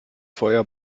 feuer